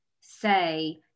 say